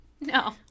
no